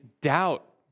doubt